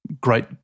great